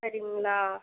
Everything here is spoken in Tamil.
சரிங்களா